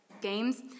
games